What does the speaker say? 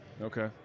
Okay